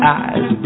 eyes